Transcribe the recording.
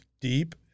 deep